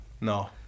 no